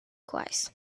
christ